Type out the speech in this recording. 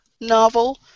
novel